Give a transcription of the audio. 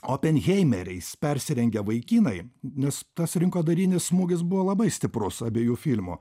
openheimeriais persirengę vaikinai nes tas rinkodarinis smūgis buvo labai stiprus abiejų filmų